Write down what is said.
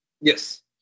Yes